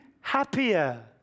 happier